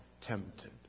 tempted